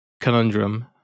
conundrum